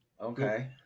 Okay